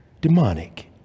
Demonic